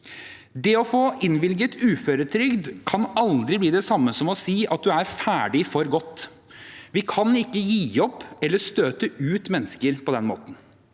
Å få innvilget uføretrygd kan aldri bli det samme som å si at man er ferdig for godt. Vi kan ikke gi opp eller støte ut mennesker på den måten.